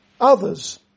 others